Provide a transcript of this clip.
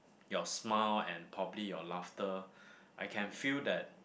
your smile and probably your laughter I can feel that